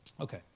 okay